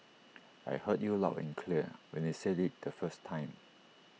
I heard you loud and clear when you said IT the first time